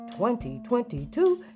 2022